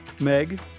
Meg